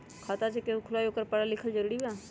खाता जे केहु खुलवाई ओकरा परल लिखल जरूरी वा?